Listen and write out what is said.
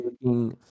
looking